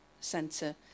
centre